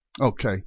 Okay